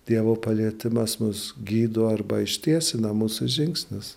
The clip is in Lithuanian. dievo palietimas mus gydo arba ištiesina mūsų žingsnius